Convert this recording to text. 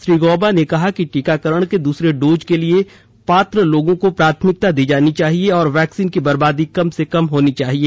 श्री गौबा ने कहा कि टीकाकरण के दूसरे डोज के लिए पात्र लोगों को प्राथमिकता दी जानी चाहिए और वैक्सीन की बर्बादी कम से कम होनी चाहिए